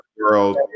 world